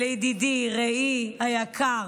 לידידי, רעי היקר